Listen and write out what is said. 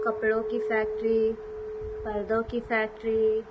کپڑوں کی فیکٹری پردوں کی فیکٹری